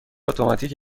اتوماتیک